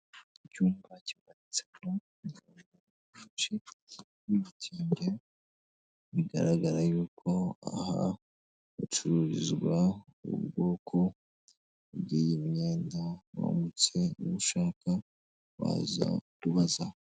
Icyumba kimanitsemo amashusho menshi y'ibitenge, bigaragara yuko aha hacururizwa ubwoko bw'iyi myenda uramutse ubushaka waza kubaza.